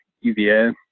UVA